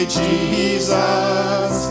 jesus